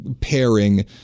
pairing